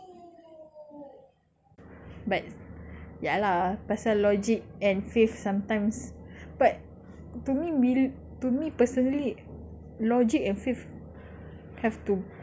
but ya lah pasal logic and faith sometimes but to me to me personally logic and faith have to coexist together